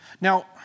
Now